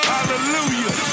Hallelujah